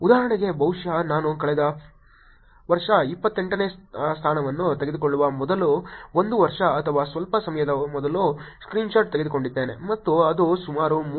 ಉದಾಹರಣೆಗೆ ಬಹುಶಃ ನಾನು ಕಳೆದ ವರ್ಷ 28 ನೇ ಸ್ಥಾನವನ್ನು ತೆಗೆದುಕೊಳ್ಳುವ ಮೊದಲು ಒಂದು ವರ್ಷ ಅಥವಾ ಸ್ವಲ್ಪ ಸಮಯದ ಮೊದಲು ಸ್ಕ್ರೀನ್ಶಾಟ್ ತೆಗೆದುಕೊಂಡಿದ್ದೇನೆ ಮತ್ತು ಅದು ಸುಮಾರು 335000 ಎಂದು ಹೇಳುತ್ತದೆ